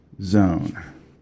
Zone